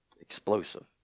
explosive